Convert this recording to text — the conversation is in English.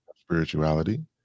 spirituality